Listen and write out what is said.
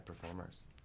performers